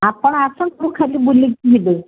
ଆପଣ ଆସନ୍ତୁ ଖାଲି ବୁଲିକି ଯିବେ